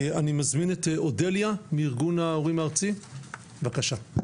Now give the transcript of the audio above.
אני מזמין את אודליה מארגון ההורים הארצי, בבקשה.